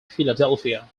philadelphia